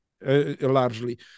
largely